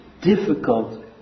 difficult